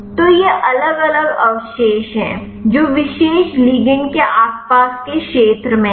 तो ये अलग अलग अवशेष हैं जो विशेष लिगंड के आसपास के क्षेत्र में है